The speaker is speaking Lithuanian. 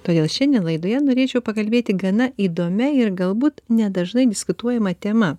todėl šiandien laidoje norėčiau pakalbėti gana įdomia ir galbūt nedažnai diskutuojama tema